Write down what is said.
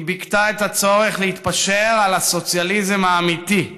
היא ביכתה את הצורך להתפשר על הסוציאליזם האמיתי,